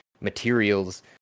materials